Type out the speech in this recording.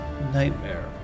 Nightmare